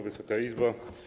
Wysoka Izbo!